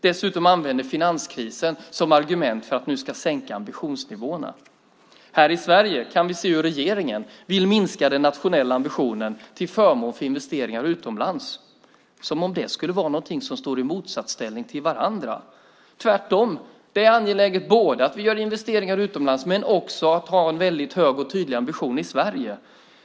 Dessutom använder man finanskrisen som argument för att nu sänka ambitionsnivåerna. Här i Sverige kan vi se hur regeringen vill minska den nationella ambitionen till förmån för investeringar utomlands, som om det skulle vara någonting som står i motsatsställning till varandra. Det är tvärtom. Det är angeläget att vi gör investeringar utomlands men också att vi har en väldigt hög och tydlig ambition i Sverige.